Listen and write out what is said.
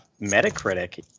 Metacritic